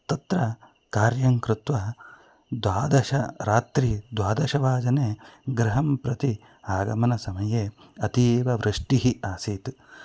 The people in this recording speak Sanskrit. तत्र कार्यं कृत्वा द्वादश रात्रौ द्वादशवादने गृहं प्रति आगमनसमये अतीव वृष्टिः आसीत्